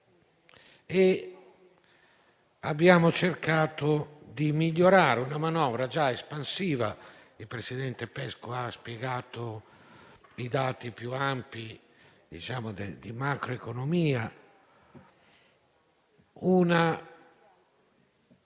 Abbiamo cercato di migliorare una manovra già espansiva. Il presidente Pesco ha spiegato i dati più ampi di macroeconomia: il